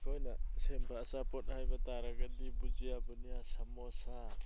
ꯑꯩꯈꯣꯏꯅ ꯁꯦꯝꯕ ꯑꯆꯥꯄꯣꯠ ꯍꯥꯏꯕ ꯇꯥꯔꯒꯗꯤ ꯕꯨꯖꯤꯌꯥ ꯕꯨꯅꯤꯌꯥ ꯁꯃꯣꯁꯥ